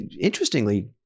interestingly